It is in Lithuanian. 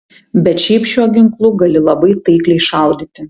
bet šiaip šiuo ginklu gali labai taikliai šaudyti